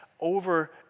over